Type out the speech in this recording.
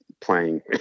playing